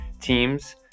teams